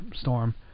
Storm